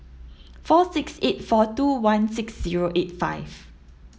four six eight four two one six zero eight five